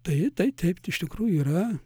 tai tai taip t iš tikrųjų yra